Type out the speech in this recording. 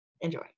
Enjoy